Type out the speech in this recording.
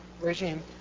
regime